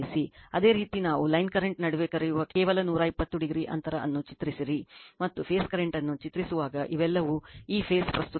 ಅದೇ ರೀತಿ ನಾವು ಲೈನ್ ಕರೆಂಟ್ ನಡುವೆ ಕರೆಯುವ ನಡುವೆ ಕೇವಲ 120 o ಅಂತರ ಅನ್ನು ಚಿತ್ರಸಿರಿ ಮತ್ತು ಫೇಸ್ ಕರೆಂಟ್ ಅನ್ನು ಚಿತ್ರಿಸುವಾಗ ಇವೆಲ್ಲವೂ ಈ ಫೇಸ್ ಪ್ರಸ್ತುತ 120 o ಅಂತರದಲ್ಲಿರುತ್ತದೆ